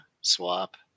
swap